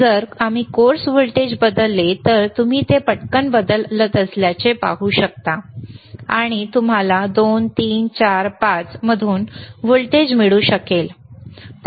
जर आम्ही coarse voltage बदलले तर तुम्ही ते पटकन बदलत असल्याचे पाहू शकता आणि तुम्हाला 2 3 4 5 मधून व्होल्टेज मिळू शकेल